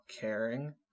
caring